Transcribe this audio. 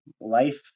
Life